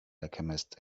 alchemist